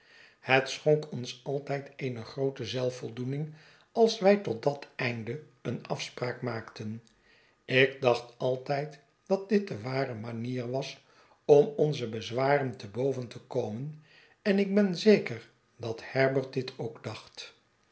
het schonk ons altijd eene groote zelfvoldoening als wij tot dat einde een afspraak maakten ik dacht altijd dat dit de ware manier was om onze bezwaren te boven te komen en ik ben zeker dat herbert dit ook dacht